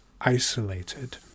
isolated